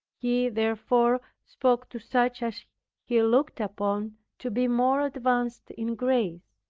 he therefore spoke to such as he looked upon to be more advanced in grace.